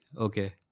Okay